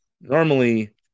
normally